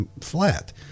flat